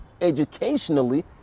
educationally